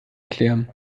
erklären